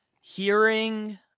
Hearing